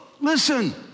listen